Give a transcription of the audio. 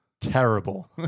Terrible